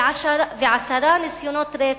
ועשרה ניסיונות רצח,